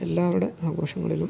എല്ലാവര്ടെ ആഘോഷങ്ങളിലും